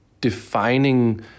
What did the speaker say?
defining